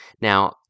Now